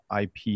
IP